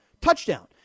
touchdown